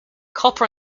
copper